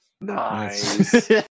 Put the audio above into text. Nice